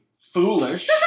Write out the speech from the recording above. foolish